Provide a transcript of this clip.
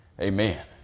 amen